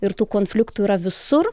ir tų konfliktų yra visur